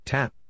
Tap